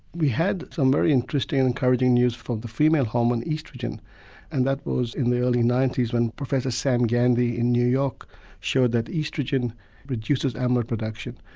we had some very interesting and encouraging news from the female hormone oestrogen and that was in the early ninety s when professor sam gandy in new york showed that oestrogen reduces amyloid production.